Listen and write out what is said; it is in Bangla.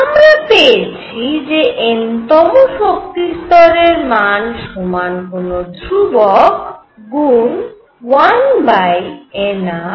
আমরা পেয়েছি যে n তম শক্তি স্তরের মান সমান কোন ধ্রুবক গুন 1nrn